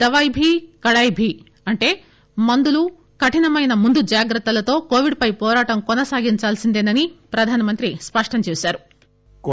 దవయీ బీ కడాయి భీ ే అంటే మందులు కరినమైన ముందుజాగ్రత్తలతో కోవిడ్ పై పోరాటం కోనసాగించాల్పిందేనని ప్రధానమంత్రి స్పష్టం చేశారు